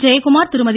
Jayakumar Thirumathi